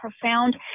profound